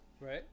Right